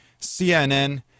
CNN